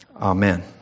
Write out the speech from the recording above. amen